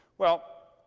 well,